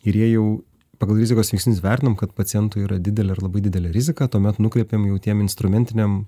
ir jie jau pagal rizikos veiksnius vertinam kad pacientui yra didelė ir labai didelė rizika tuomet nukreipiam jau tiem instrumentiniam